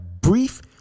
brief